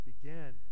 began